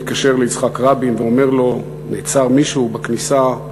מתקשר ליצחק רבין ואומר לו: נעצר מישהו בכניסה,